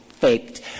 faked